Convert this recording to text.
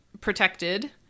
protected